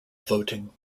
voting